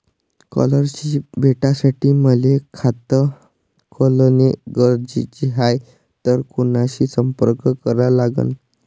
Scholarship भेटासाठी मले खात खोलने गरजेचे हाय तर कुणाशी संपर्क करा लागन?